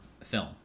film